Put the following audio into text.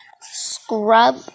Scrub